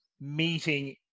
meeting